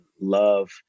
love